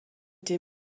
des